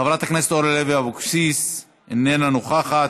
חברת הכנסת אורלי לוי אבקסיס, אינה נוכחת,